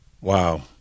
Wow